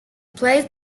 place